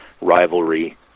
rivalry